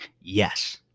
Yes